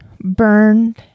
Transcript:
burned